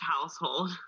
household